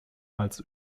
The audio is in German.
als